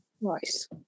Nice